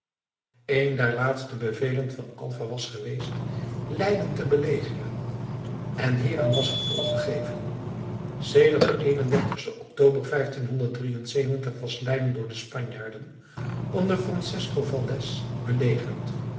een der laatste bevelen van alva was geweest leiden te belegeren en hieraan was gevolg gegeven sedert den eenendertigsten october was leiden door de spanjaarden onder francesco valdez belegerd